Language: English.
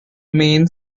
main